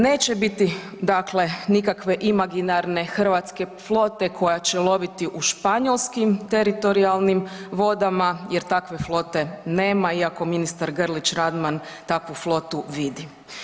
Neće biti dakle nikakve imaginarne hrvatske flote koja će loviti u španjolskim teritorijalnim vodama jer takve flote nema iako ministar Grlić Radman takvu flotu vidi.